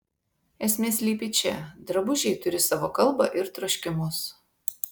esmė slypi čia drabužiai turi savo kalbą ir troškimus